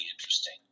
interesting